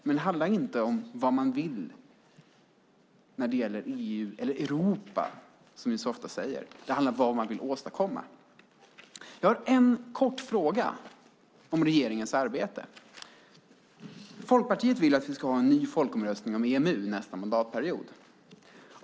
Men det handlar inte om vad man vill när det gäller EU, eller Europa, som vi så ofta säger. Det handlar om vad man vill åstadkomma. Jag har en kort fråga om regeringens arbete. Folkpartiet vill att vi ska ha en ny folkomröstning om EMU nästa mandatperiod.